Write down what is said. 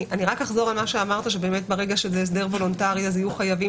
אני אחזור על מה שאמרת שברגע שזה הסדר וולונטרי יהיו חייבים